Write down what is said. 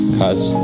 cause